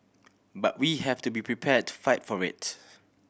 but we have to be prepare to fight for it